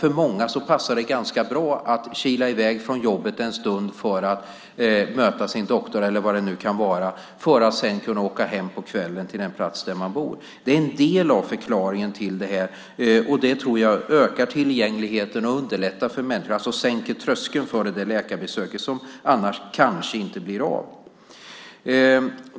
För många passar det ganska bra att kila i väg från jobbet en stund för att träffa sin doktor, eller vad det nu kan vara, för att sedan kunna åka hem på kvällen. Det är en del av förklaringen till detta, och det tror jag ökar tillgängligheten, underlättar för människor och sänker tröskeln för det där läkarbesöket som annars kanske inte blir av.